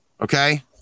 Okay